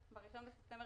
ב-1 בספטמבר,